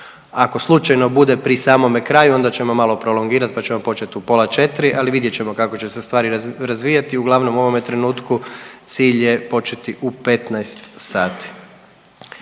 ako slučajno bude pri samome kraju onda ćemo malo prolongirat, pa ćemo počet u pola 4, ali vidjet ćemo kako će se stvari razvijati, uglavnom u ovome trenutku cilj je početi u 15 sati.